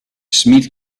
smith